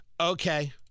Okay